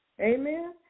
Amen